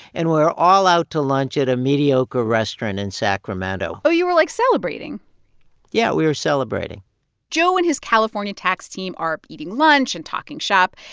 and we're all out to lunch at a mediocre restaurant in sacramento oh, you were, like, celebrating yeah, we were celebrating joe and his california tax team are eating lunch and talking shop.